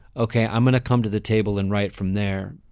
okay, i'm going to come to the table and write from there,